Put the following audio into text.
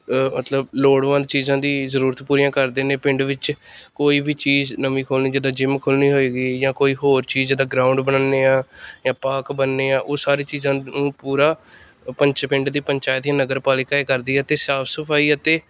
ਮਤਲਬ ਲੋੜਵੰਦ ਚੀਜ਼ਾਂ ਦੀ ਜ਼ਰੂਰਤ ਪੂਰੀਆਂ ਕਰਦੇ ਨੇ ਪਿੰਡ ਵਿੱਚ ਕੋਈ ਵੀ ਚੀਜ਼ ਨਵੀਂ ਖੋਲ੍ਹਣੀ ਜਿੱਦਾਂ ਜਿਮ ਖੋਲ੍ਹਣੀ ਹੋਏਗੀ ਜਾਂ ਕੋਈ ਹੋਰ ਚੀਜ਼ ਜਿੱਦਾਂ ਗਰਾਊਂਡ ਬਣਨੇ ਆ ਜਾਂ ਪਾਰਕ ਬਣਨੇ ਆ ਉਹ ਸਾਰੀਆਂ ਚੀਜ਼ਾਂ ਨੂੰ ਪੂਰਾ ਪੰਚ ਪਿੰਡ ਦੀ ਪੰਚਾਇਤ ਦੀਆਂ ਨਗਰ ਪਾਲਿਕਾ ਕਰਦੀ ਹੈ ਅਤੇ ਸਾਫ ਸਫਾਈ ਅਤੇ